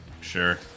sure